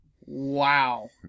Wow